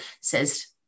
says